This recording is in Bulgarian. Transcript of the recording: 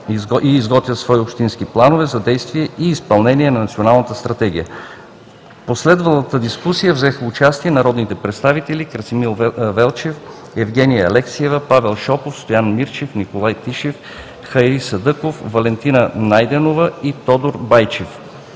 и изготвят свои общински планове за действие в изпълнение на Националната стратегия. В последвалата дискусия взеха участие народните представители: Красимир Велчев, Евгения Алексиева, Павел Шопов, Стоян Мирчев, Николай Тишев, Хайри Садъков, Валентина Найденова и Тодор Байчев.